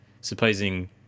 supposing